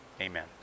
Amen